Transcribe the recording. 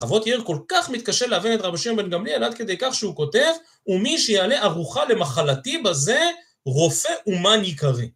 החוות יאיר כל כך מתקשה להבין את רבי שמעון בן גמליאל עד כדי כך שהוא כותב, ומי שיעלה ארוכה למחלתי בזה, רופא אומן יקרא.